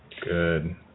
Good